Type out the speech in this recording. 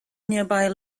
nearby